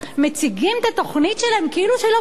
מציגים את התוכנית שלהם כאילו לא קיימות